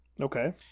Okay